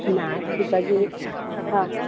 नास्ति भगिनी हा